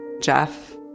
Jeff